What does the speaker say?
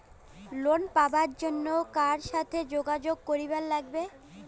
Loan পাবার জন্যে কার সাথে যোগাযোগ করিবার লাগবে?